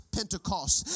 Pentecost